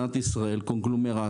שהוא קורא להם "קונגלומרטים",